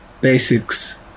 basics